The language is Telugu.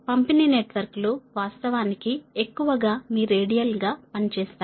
పంపిణీ నెట్వర్క్లు వాస్తవానికి ఎక్కువగా మీ రేడియల్గా పనిచేస్తాయి